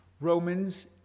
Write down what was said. Romans